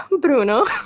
Bruno